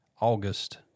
August